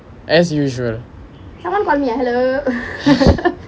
as usual